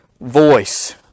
voice